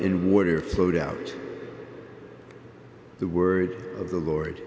in water flowed out the word of the lord